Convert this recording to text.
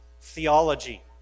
theology